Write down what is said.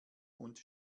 und